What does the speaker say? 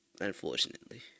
Unfortunately